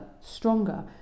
stronger